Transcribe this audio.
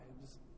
lives